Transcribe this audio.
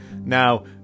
Now